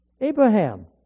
Abraham